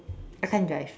I can't drive